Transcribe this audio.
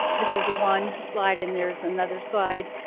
this is one slide and there's another slide.